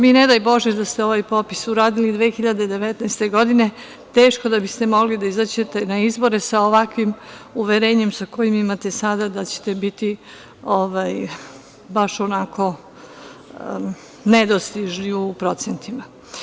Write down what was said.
Ne daj Bože da ste ovaj popis uradili 2019. godine, teško da biste mogli da izađete na izbore sa ovakvim uverenjem koje imate sada, da ćete biti baš onako nedostižni u procentima.